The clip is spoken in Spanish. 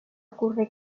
ocurre